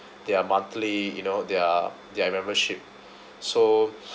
their monthly you know their their membership so